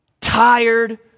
Tired